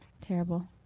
terrible